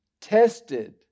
Tested